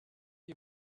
you